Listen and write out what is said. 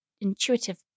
intuitive